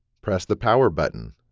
press the power button.